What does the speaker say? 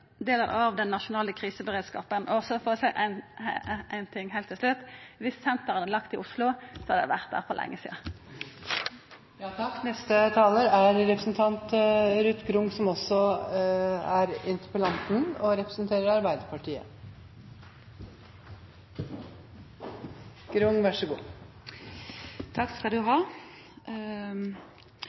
av den nasjonale kriseberedskapen. Og for å seia éin ting heilt til slutt: Viss senteret hadde lege i Oslo, så hadde det vore det for lenge